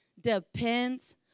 depends